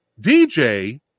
DJ